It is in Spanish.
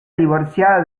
divorciada